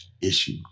issue